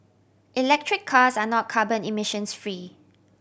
electric cars are not carbon emissions free